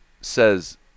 says